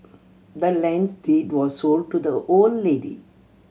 the land's deed was sold to the old lady